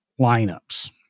lineups